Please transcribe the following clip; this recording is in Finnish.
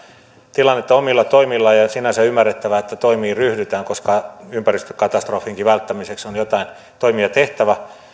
tilannetta omilla toimillaan ja sinänsä on ymmärrettävää että toimiin ryhdytään koska ympäristökatastrofinkin välttämiseksi on joitain toimia tehtävä